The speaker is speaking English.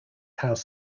house